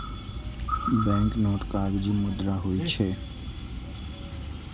banknote कागजी मुद्रा होइ छै